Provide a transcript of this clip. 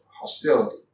hostility